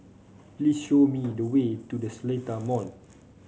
please show me the way to The Seletar Mall